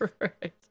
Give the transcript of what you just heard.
Right